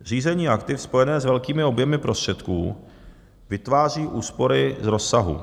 Řízení aktiv spojené s velkými objemy prostředků vytváří úspory z rozsahu.